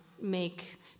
make